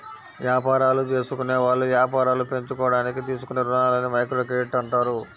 యాపారాలు జేసుకునేవాళ్ళు యాపారాలు పెంచుకోడానికి తీసుకునే రుణాలని మైక్రోక్రెడిట్ అంటారు